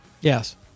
Yes